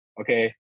Okay